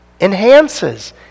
enhances